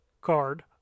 card